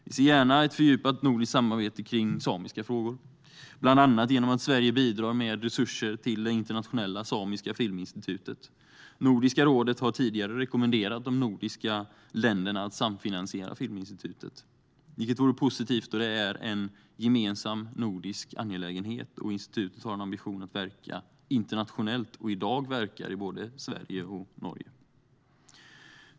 Vi ser gärna ett fördjupat nordiskt samarbete kring samiska frågor, bland annat genom att Sverige bidrar med resurser till det internationella samiska filminstitutet. Nordiska rådet har tidigare rekommenderat de nordiska länderna att samfinansiera filminstitutet, vilket vore positivt då det är en gemensam nordisk angelägenhet och institutet har en ambition att verka internationellt och i dag verkar i både Sverige och Norge.